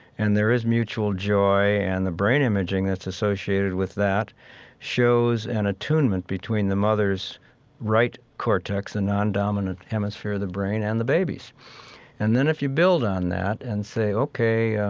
and there is mutual joy. and the brain imaging that's associated with that shows an attunement between the mother's right cortex, a non-dominant hemisphere of the brain, and the baby's and then if you build on that and say, ok,